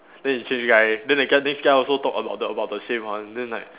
then they change guy then the guy next guy also talk about the about the same one then like